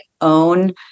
own